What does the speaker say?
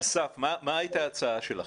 אסף, מה הייתה ההצעה שלכם?